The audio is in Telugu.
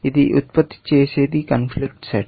ఇది ఉత్పత్తి చేసేది కాన్ఫ్లిక్ట్ సెట్